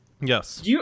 Yes